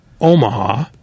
Omaha